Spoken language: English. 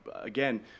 again